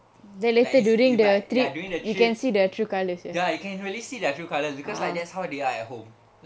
like if like ya during the trip ya you can really see their true colour because like there's how they are at home